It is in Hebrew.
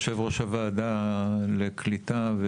יושב-ראש הוועדה לעלייה וקליטה.